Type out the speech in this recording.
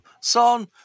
Son